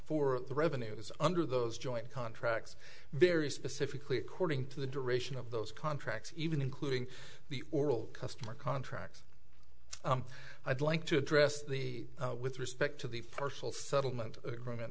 for the revenues under those joint contracts very specifically according to the duration of those contracts even including the oral customer contract i'd like to address the with respect to the partial settlement agreement